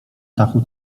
dachu